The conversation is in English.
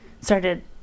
started